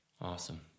Awesome